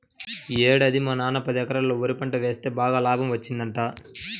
యీ ఏడాది మా నాన్న పదెకరాల్లో వరి పంట వేస్తె బాగానే లాభం వచ్చిందంట